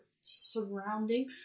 surrounding